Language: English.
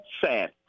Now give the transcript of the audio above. sad